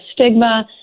stigma